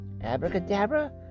Abracadabra